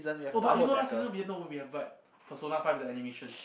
oh but you know last season we have know we are but Persona Five the animation